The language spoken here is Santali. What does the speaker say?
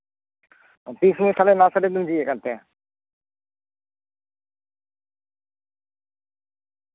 ᱛᱤᱱ ᱥᱚᱢᱚᱭ ᱛᱟᱞᱦᱮ ᱱᱟᱨᱥᱟᱨᱤ ᱵᱮᱱ ᱡᱷᱤᱡ ᱮᱫ ᱠᱟᱱ ᱛᱟᱦᱮᱱᱟ